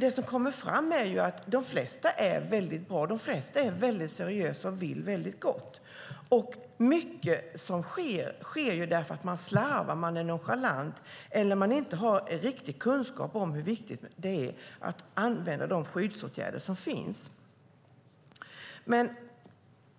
Det som kommer fram är att de flesta arbetsgivare är mycket seriösa och vill gott. Mycket som sker sker därför att man slarvar och är nonchalant eller därför att man inte har riktig kunskap om hur viktigt det är att använda de skyddsåtgärder som finns.